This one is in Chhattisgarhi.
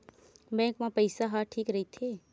बैंक मा पईसा ह ठीक राइथे?